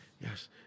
Yes